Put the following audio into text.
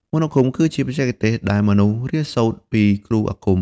មន្តអាគមគឺជាបច្ចេកទេសដែលមនុស្សរៀនសូត្រពីគ្រូមន្តអាគម។